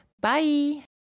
Bye